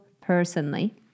personally